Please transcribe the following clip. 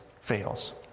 fails